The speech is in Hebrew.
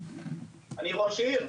אני ראש עיר?